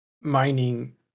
mining